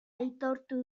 aitortu